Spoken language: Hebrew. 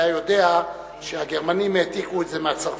היה יודע שהגרמנים העתיקו את זה מהצרפתים.